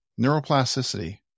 Neuroplasticity